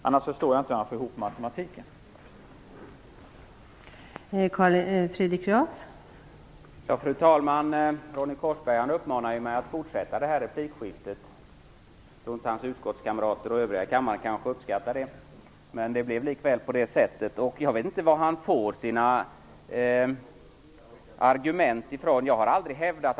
Annars förstår jag inte hur han får matematiken att gå ihop.